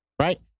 right